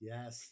Yes